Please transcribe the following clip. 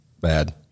bad